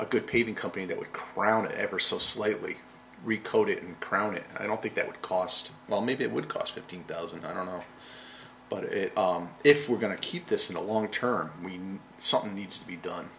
a good paving company that would crown ever so slightly recoated and crown it i don't think that would cost well maybe it would cost fifteen thousand i don't know but if we're going to keep this in the long term we know something needs to be done